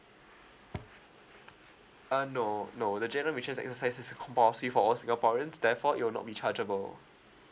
uh no no the general admission exercise is compulsory for all singaporeans therefore it will not be chargeable